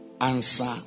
answer